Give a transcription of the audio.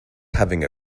having